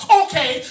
okay